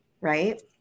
Right